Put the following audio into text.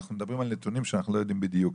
ואנחנו מדברים על נתונים שאנחנו לא יודעים בדיוק,